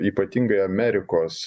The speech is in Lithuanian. ypatingai amerikos